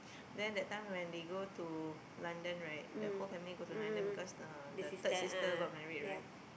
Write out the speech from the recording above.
then that time when they go to London right the whole family go to London because uh the third sister got married right